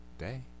day